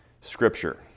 Scripture